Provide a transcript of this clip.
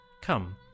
Come